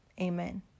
amen